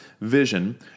vision